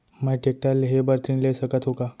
मैं टेकटर लेहे बर ऋण ले सकत हो का?